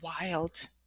wild